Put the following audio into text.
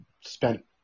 spent